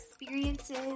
experiences